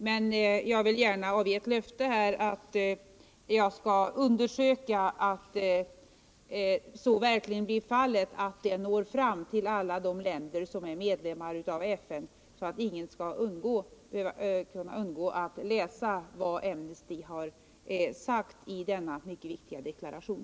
Men jag vill gärna avge ett löfte här att jag skall undersöka att så verkligen blir fallet; att deklarationen når fram till alla de länder som är medlemmar i FN, så att ingen skall kunna undgå att läsa vad Amnesty har sagt i denna mycket viktiga deklaration.